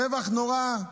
טבח נורא,